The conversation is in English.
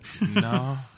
No